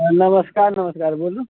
हँ नमस्कार नमस्कार बोलू